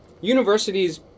universities